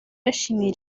yashimiye